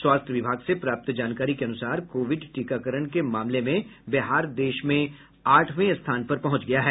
स्वास्थ्य विभाग से प्राप्त जानकारी के अनुसार कोविड टीकाकरण के मामले में बिहार देश में आठवें स्थान पर पहुंच गया है